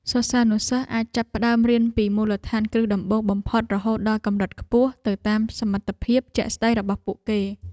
សិស្សានុសិស្សអាចចាប់ផ្តើមរៀនពីមូលដ្ឋានគ្រឹះដំបូងបំផុតរហូតដល់កម្រិតខ្ពស់ទៅតាមសមត្ថភាពជាក់ស្តែងរបស់ពួកគេ។